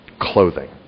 clothing